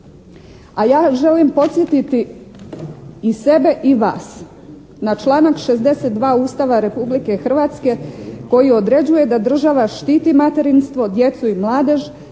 a ja želim podsjetiti i sebe i vas na članak 62. Ustava Republike Hrvatske koji određuje da država štiti materinstvo, djecu i mladež